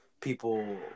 people